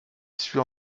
sûr